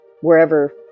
wherever